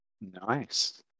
Nice